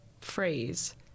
phrase